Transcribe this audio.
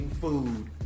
food